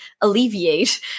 alleviate